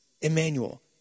Emmanuel